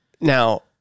Now